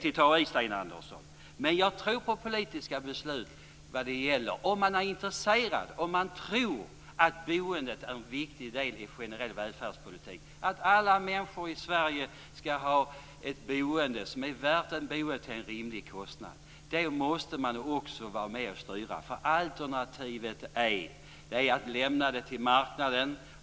Det är att ta i. Men jag tror på politiska beslut. Om man är intresserad och tror att boendet är en viktig del av en generell välfärdspolitik, att alla människor i Sverige ska ha ett värdigt boende till en rimlig kostnad, då måste man vara med och styra. Alternativet är att lämna det till marknaden.